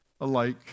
alike